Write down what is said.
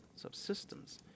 subsystems